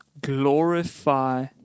glorify